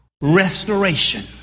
restoration